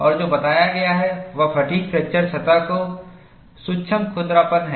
और जो बताया गया है वह फ़ैटिग् फ्रैक्चर सतह का सूक्ष्म खुरदरापन है